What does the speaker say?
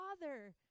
father